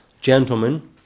gentlemen